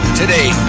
today